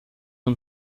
اون